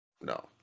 No